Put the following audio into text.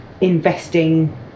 investing